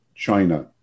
China